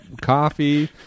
coffee